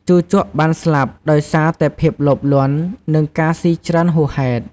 ជូជកបានស្លាប់ដោយសារតែភាពលោភលន់ និងការស៊ីច្រើនហួសហេតុ។